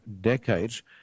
decades